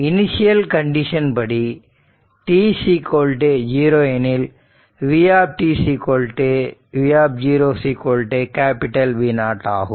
initial condition படி t0 எனில் v v V0 ஆகும்